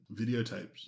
videotapes